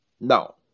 no